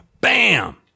bam